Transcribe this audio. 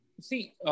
See